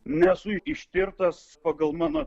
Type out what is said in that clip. nesu ištirtas pagal mano